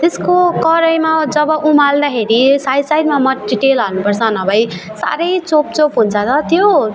त्यसको कराहीमा जब उमाल्दाखेरि साइड साइडमा मट्टीतेल हाल्नुपर्छ नभए साह्रै चोप चोप हुन्छ त त्यो